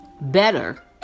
better